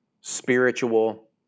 spiritual